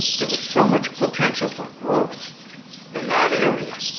there was so much potential for growth in that area.